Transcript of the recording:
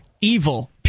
Evil